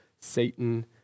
Satan